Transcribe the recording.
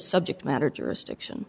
subject matter jurisdiction